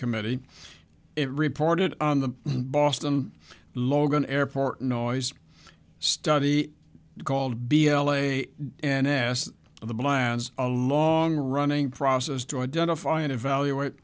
committee it reported on the boston logan airport a noise study called b l a and as the blinds a long running process to identify and evaluate